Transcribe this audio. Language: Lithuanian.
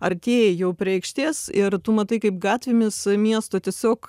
artėji jau prie aikštės ir tu matai kaip gatvėmis miesto tiesiog